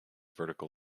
vertical